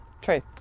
True